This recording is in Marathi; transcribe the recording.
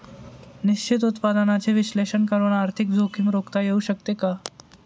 निश्चित उत्पन्नाचे विश्लेषण करून आर्थिक जोखीम रोखता येऊ शकते का?